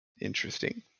Interesting